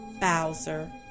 Bowser